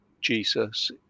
Jesus